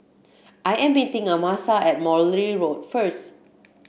I am meeting Amasa at Morley Road first